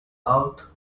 mouth